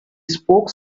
spoke